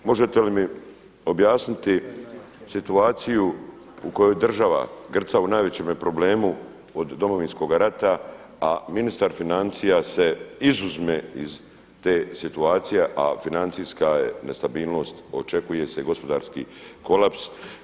Možete li mi objasniti situaciju u kojoj država grca u najvećem problemu od Domovinskoga rata, a ministar financija se izuzme iz te situacije, a financijska je nestabilnost, očekuje se gospodarski kolaps.